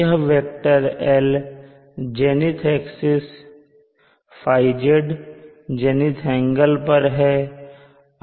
यह vector "L" zenith axis से θz zenith angle पर है